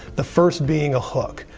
the first being a hook,